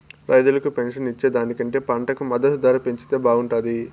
రైతులకు పెన్షన్ ఇచ్చే దానికంటే పంటకు మద్దతు ధర పెంచితే బాగుంటాది